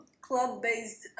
club-based